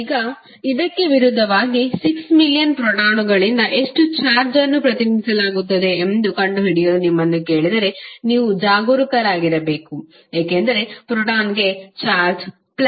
ಈಗ ಇದಕ್ಕೆ ವಿರುದ್ಧವಾಗಿ 6 ಮಿಲಿಯನ್ ಪ್ರೋಟಾನ್ಗಳಿಂದ ಎಷ್ಟು ಚಾರ್ಜ್ ಅನ್ನು ಪ್ರತಿನಿಧಿಸಲಾಗುತ್ತಿದೆ ಎಂದು ಕಂಡುಹಿಡಿಯಲು ನಿಮ್ಮನ್ನು ಕೇಳಿದರೆ ನೀವು ಜಾಗರೂಕರಾಗಿರಬೇಕು ಏಕೆಂದರೆ ಪ್ರೋಟಾನ್ಗೆ ಚಾರ್ಜ್ 1